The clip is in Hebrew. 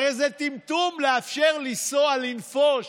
הרי זה טמטום לאפשר לנסוע